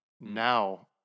Now